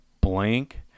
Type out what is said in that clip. blank